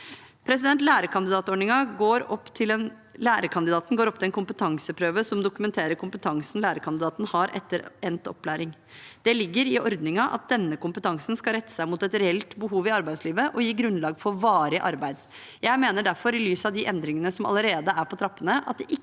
Lærekandidaten går opp til en kompetanseprøve som dokumenterer kompetansen lærekandidateten har etter endt opplæring. Det ligger i ordningen at denne kompetansen skal rette seg mot et reelt behov i arbeidslivet og gi grunnlag for varig arbeid. Jeg mener derfor, i lys av de endringene som allerede er på trappene,